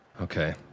Okay